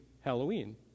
Halloween